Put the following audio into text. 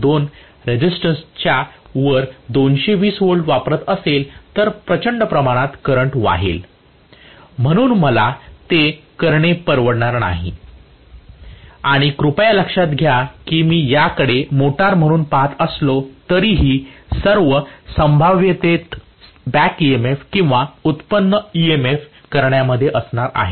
2 रेजिस्टन्सच्या वर 220 व्होल्ट्स वापरत असेल तर प्रचंड प्रमाणात करंट वाहेल म्हणून मला ते करणे परवडत नाही आणि कृपया लक्षात घ्या मी याकडे मोटार म्हणून पहात असलो तरीही सर्व संभाव्यतेत बॅक ईएमएफ किंवा व्युत्पन्न ईएमएफ करण्यामध्ये असणार आहे